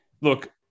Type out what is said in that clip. Look